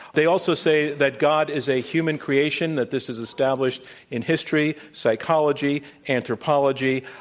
they also say that god is a human creation, that this is established in history, psychology, anthropology,